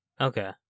Okay